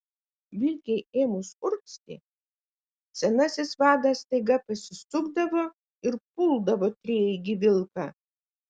vilkei ėmus urgzti senasis vadas staiga pasisukdavo ir puldavo treigį vilką